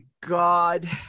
God